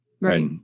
right